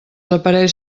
aparells